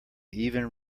even